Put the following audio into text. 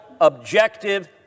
objective